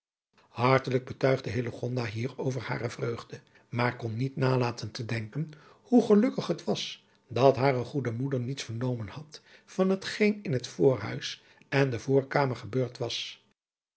hartelijk betuigde hillegonda hierover hare vreugde maar kon niet nalaten te denken hoe gelukkig het was dat hare goede moeder niets vernomen had van het geen in het voorhuis en de voorkamer gebeurd was